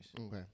Okay